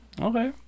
Okay